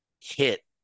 hit